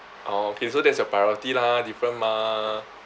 orh okay so that's your priority lah different mah